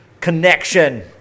connection